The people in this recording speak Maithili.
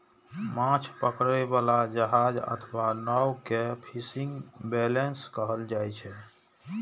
माछ पकड़ै बला जहाज अथवा नाव कें फिशिंग वैसेल्स कहल जाइ छै